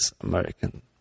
American